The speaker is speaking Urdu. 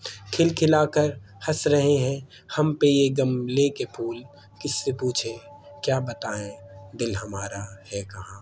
کھلکھلا کر ہنس رہے ہیں ہم پہ یہ گملے کے پھول کس سے پوچھیں کیا بتائیں دل ہمارا ہے کہاں